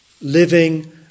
Living